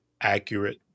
accurate